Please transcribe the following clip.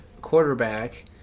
quarterback